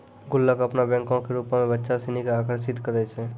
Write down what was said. गुल्लक अपनो बैंको के रुपो मे बच्चा सिनी के आकर्षित करै छै